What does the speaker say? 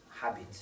habit